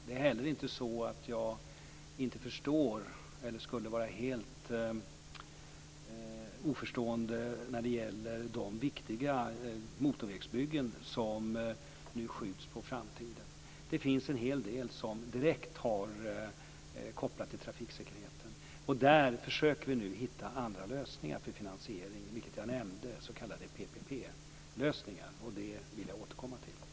Det är inte heller så att jag inte förstår eller att jag skulle vara helt oförstående inför de viktiga motorvägsbyggen som nu skjuts på framtiden. Det finns en hel del som direkt har kopplingar till trafiksäkerheten. Där försöker vi nu hitta andra lösningar till finansiering, vilket jag nämnde, nämligen s.k. PPP-lösningar, och dessa vill jag återkomma till.